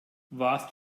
warst